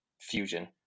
fusion